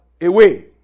away